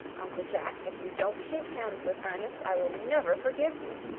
uncle jack, if you don't shake hands with ernest i will never forgive you.